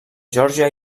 geòrgia